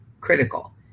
critical